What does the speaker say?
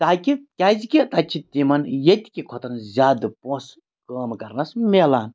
تاکہِ کیازکہِ تَتہِ چھِ تِمَن ییٚتہِ کہِ کھۄتَن زیادٕ پونٛسہٕ کٲم کَرنَس ملان